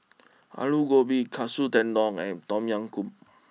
Alu Gobi Katsu Tendon and Tom Yam Goong